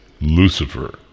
Lucifer